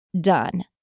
done